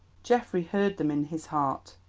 geoffrey heard them in his heart.